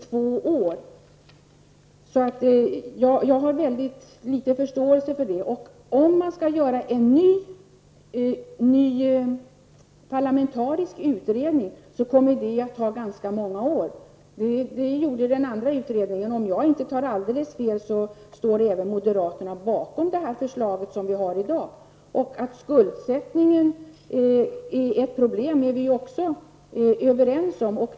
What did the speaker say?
Jag har därför väldigt liten förståelse för tanken på en utredning. En ny parlamentarisk utredning kommer att ta ganska många år. Det gjorde den förra utredningen. Om jag inte tar alldeles fel står även moderaterna bakom det förslag vi har i dag. Att skuldsättningen är ett problem är vi också överens om.